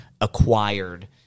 acquired